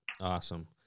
Awesome